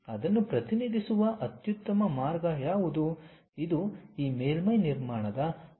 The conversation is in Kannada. ಅದನ್ನು ಪ್ರತಿನಿಧಿಸುವ ಅತ್ಯುತ್ತಮ ಮಾರ್ಗ ಯಾವುದು ಇದು ಈ ಮೇಲ್ಮೈ ನಿರ್ಮಾಣದ ಸಂಪೂರ್ಣ ಉದ್ದೇಶವಾಗಿದೆ